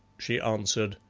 she answered,